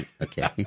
Okay